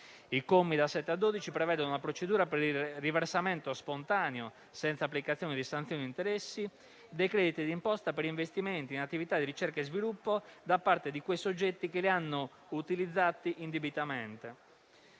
I commi da 7 a 12 prevedono una procedura per il riversamento spontaneo, senza applicazione di sanzioni e interessi, dei crediti d'imposta per investimenti in attività di ricerca e sviluppo da parte di quei soggetti che li hanno utilizzati indebitamente.